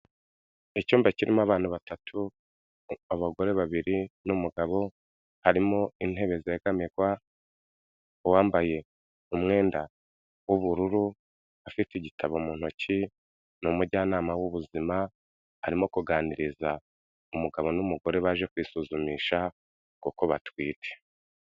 Icyumba kirimo abana batatu, abagore babiri n'umugabo, harimo intebe zegamirwa, uwambaye umwenda w'ubururu afite igitabo mu ntoki ni umujyanama w'ubuzima, arimo kuganiriza umugabo n'umugore baje kwisuzumisha kuko batwite.